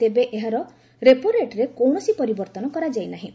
ତେବେ ଏହାର ରେପୋରେଟ୍ରେ କୌଣସି ପରିବର୍ତ୍ତନ କରାଯାଇ ନାହିଁ